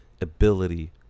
ability